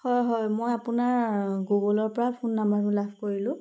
হয় হয় মই আপোনাৰ গুগলৰ পৰা ফোন নম্বৰটো লাভ কৰিলোঁ